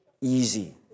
easy